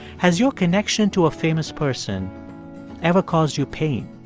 has your connection to a famous person ever caused you pain?